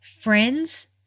friends